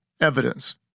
evidence